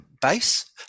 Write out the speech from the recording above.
base